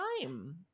time